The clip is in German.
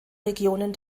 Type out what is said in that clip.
regionen